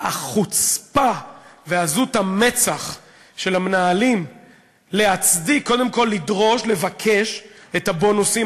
החוצפה ועזות המצח של המנהלים קודם כול לדרוש ולבקש את הבונוסים.